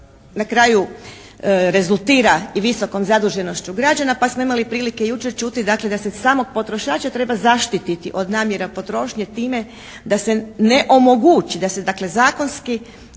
na kraju rezultira i visokom zaduženošću građana pa smo imali prilike jučer čuti dakle da se samog potrošača treba zaštititi od namjera potrošnje time da se ne omogući, da se dakle